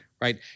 Right